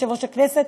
יושב-ראש הכנסת,